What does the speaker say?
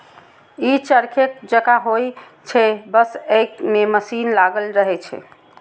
ई चरखे जकां होइ छै, बस अय मे मशीन लागल रहै छै